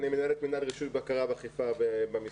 אני מנהל את מינהל רישוי בקרה ואכיפה במשרד.